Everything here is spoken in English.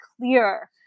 clear